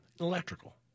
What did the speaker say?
Electrical